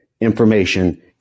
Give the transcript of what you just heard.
information